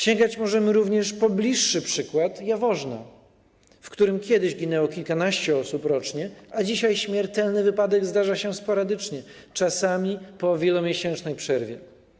Sięgać możemy również po bliższy przykład, Jaworzna, w którym kiedyś ginęło kilkanaście osób rocznie, a dzisiaj śmiertelny wypadek zdarza się sporadycznie, czasami po wielomiesięcznej przerwie.